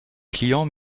clients